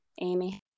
Amy